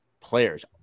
players